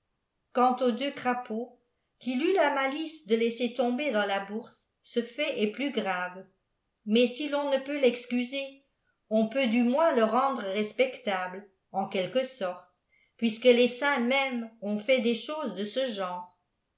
quant aux deux crapauds qu'il eut la malice de laisser tomber dans la bourse ce fait est plus grave mais si l'on ne peut l'excuser on peut du moins le rendre respectable en quelque sorte puisque les sats mêmes ont fait des choses de ce genre